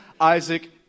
Isaac